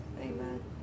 Amen